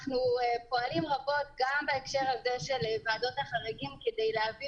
אנחנו פועלים רבות גם בהקשר הזה של ועדות החריגים כדי להביא